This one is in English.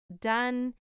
done